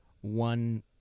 one